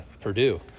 Purdue